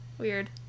Weird